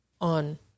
on